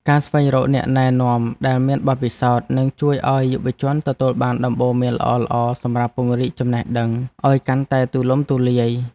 ការស្វែងរកអ្នកណែនាំដែលមានបទពិសោធន៍នឹងជួយឱ្យយុវជនទទួលបានដំបូន្មានល្អៗសម្រាប់ពង្រីកចំណេះដឹងឱ្យកាន់តែទូលំទូលាយ។